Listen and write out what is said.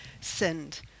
sinned